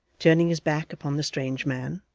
turning his back upon the strange man,